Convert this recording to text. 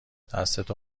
دستتو